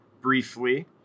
briefly